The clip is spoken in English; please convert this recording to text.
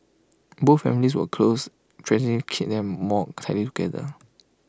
both families were close tragedy knit them more tightly together